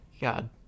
God